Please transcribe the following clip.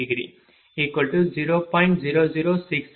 96718 0